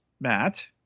Matt